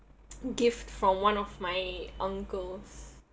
gift from one of my uncles